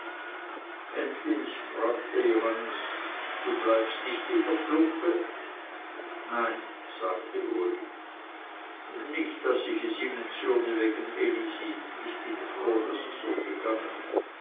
endlich fragte johannes du bleibst nicht in der glungge nein sagte uli nicht daß ich es ihnen zürne wegen elisi ich bin froh daß es so gegangen